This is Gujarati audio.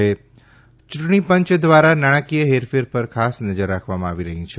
યૂંટણીપંચ દ્વારા નાણાકીય હેરફેર પર ખાસ નજર રાખવામાં આવી રહી છે